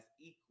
equal